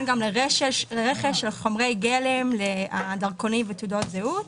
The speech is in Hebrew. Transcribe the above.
גם לרכש של חומרי גלם לדרכונים ותעודות זהות,